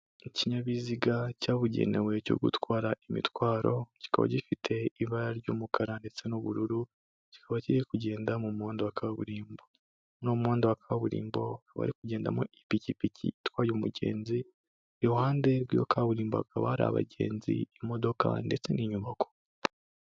Ikinyabiziga cyabugenewe cyo gutwara imitwaro kikaba gifite ibara ry'umukara ndetse n'ubururu, kikaba kiri kugenda mu muhanda wa kaburimbo, muri uwo muhanda wa kaburimbo hakaba hari kugendamo ipikipiki itwaye umugenzi, iruhande rw'iyo kaburimbo hakaba hari abagenzi, imodoka ndetse n'inyubako.